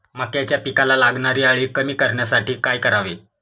मक्याच्या पिकाला लागणारी अळी कमी करण्यासाठी काय करावे?